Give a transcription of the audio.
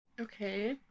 Okay